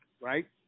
right